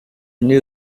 new